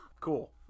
cool